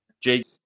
Jake